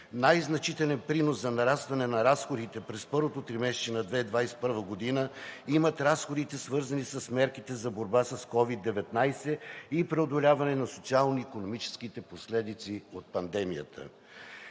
Най-значителен принос за нарастване на разходите през първото тримесечие на 2021 г. имат разходите, свързани с мерките за борба с COVID-19 и преодоляване на социално-икономическите последици от пандемията.